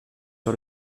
sur